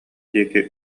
диэки